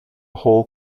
whole